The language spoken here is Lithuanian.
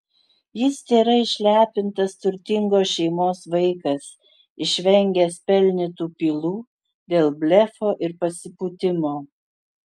jis tėra išlepintas turtingos šeimos vaikas išvengęs pelnytų pylų dėl blefo ir pasipūtimo